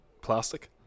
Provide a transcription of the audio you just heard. plastic